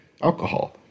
alcohol